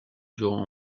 durant